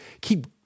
keep